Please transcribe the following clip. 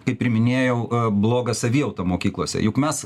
kaip ir minėjau blogą savijautą mokyklose juk mes